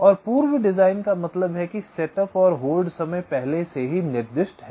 और पूर्व डिजाइन का मतलब है कि सेटअप और होल्ड समय पहले से ही निर्दिष्ट हैं